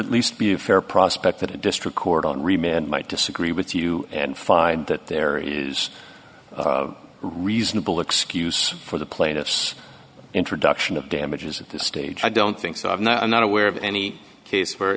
at least be a fair prospect that a district court on remand might disagree with you and find that there is reasonable excuse for the plaintiffs introduction of damages at this stage i don't think so i'm not i'm not aware of any case for